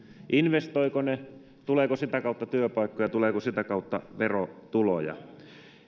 investoivatko ne tuleeko sitä kautta työpaikkoja tuleeko sitä kautta verotuloja